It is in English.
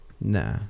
Nah